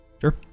Sure